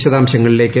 വിശദാംശങ്ങളിലേക്ക്